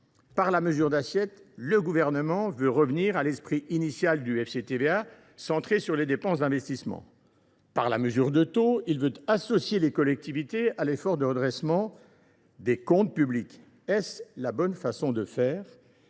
Par la mesure d’assiette, le Gouvernement veut revenir à l’esprit initial du FCTVA, centré sur les dépenses d’investissement. Par la mesure de taux, il veut associer les collectivités à l’effort de redressement des comptes publics. Est ce la bonne façon de faire ?